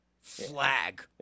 flag